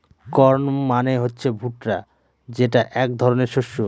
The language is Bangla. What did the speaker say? কর্ন মানে হচ্ছে ভুট্টা যেটা এক ধরনের শস্য